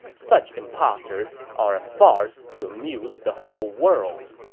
such imposters are a farce to amuse the whole world.